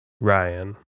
Ryan